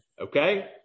okay